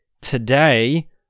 today